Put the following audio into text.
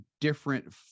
different